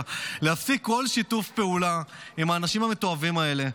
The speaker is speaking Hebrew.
להפסיק כל שיתוף פעולה עם האנשים המתועבים האלה,